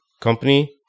company